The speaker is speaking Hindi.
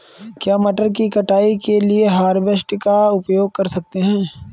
क्या मटर की कटाई के लिए हार्वेस्टर का उपयोग कर सकते हैं?